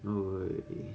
wei